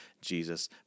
Jesus